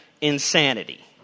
insanity